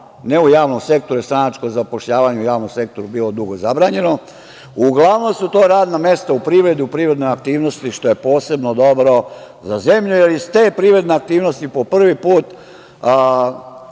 ne u javnom sektoru jer je stranačko zapošljavanje u javnom sektoru bilo zabranjeno, u privredi, u privrednoj aktivnosti, što je posebno dobro za zemlju, jer iz te privredne aktivnosti, po prvi put